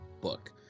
book